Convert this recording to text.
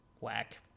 whack